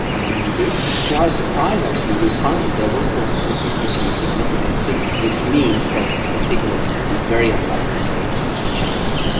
and when you did? to our surprise actually we found that there was a statistically significant signal, which means that the signal would be very unlikely to happen by chance.